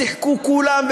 שיחקו כולם,